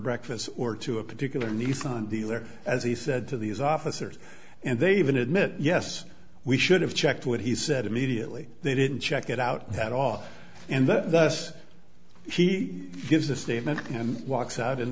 breakfast or to a particular nissan dealer as he said to these officers and they even admit yes we should have checked what he said immediately they didn't check it out at all and thus he gives a statement and walks out and